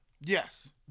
Yes